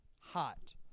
hot